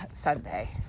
Sunday